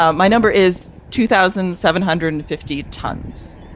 um my number is two thousand seven hundred and fifty tons.